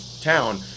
town